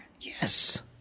Yes